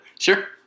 Sure